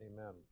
Amen